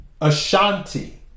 Ashanti